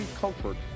comfort